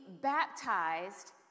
baptized